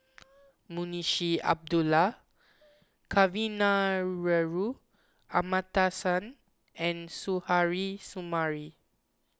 Munshi Abdullah Kavignareru Amallathasan and Suzairhe Sumari